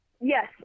yes